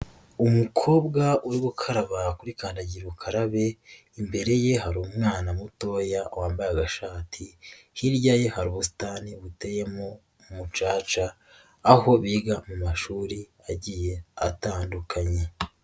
Umukobwa uri gukaraba kuri kandagira ukarabe imbere ye hari umwana mutoya wambaye agashati, hirya ye hari ubusitani buteyemo umucaca aho biga mu mashuri agiye atandukanye.